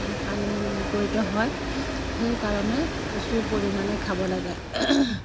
পানী নিগৰিত হয় সেইকাৰণে প্ৰচুৰ পৰিমাণে খাব লাগে